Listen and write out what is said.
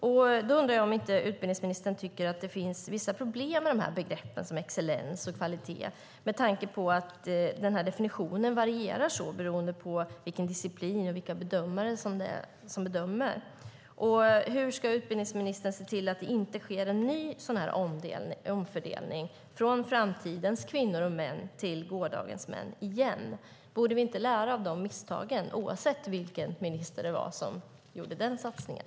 Tycker inte utbildningsministern att det finns vissa problem med begrepp som excellens och kvalitet med tanke på att definitionen varierar beroende på disciplin och vilka som bedömer? Hur ska utbildningsministern se till att det inte blir en ny omfördelning från framtidens kvinnor och män till gårdagens män? Borde vi inte lära av misstagen oavsett vilken minister det var som gjorde den satsningen?